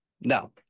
Now